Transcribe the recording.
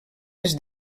les